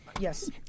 Yes